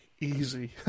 easy